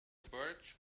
birch